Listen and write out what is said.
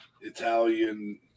Italian